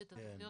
אלה תכניות